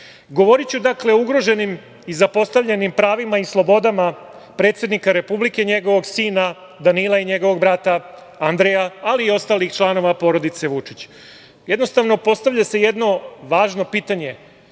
dakle, o ugroženim i zapostavljenim pravima i slobodama predsednika Republike, njegovog sina Danila i njegovog brata Andreja, ali i ostalih članova porodice Vučić. Jednostavno, postavlja se jedno važno pitanje